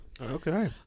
Okay